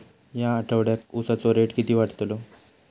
या आठवड्याक उसाचो रेट किती वाढतलो?